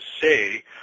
say